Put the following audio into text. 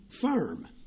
firm